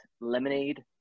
lemonade